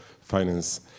Finance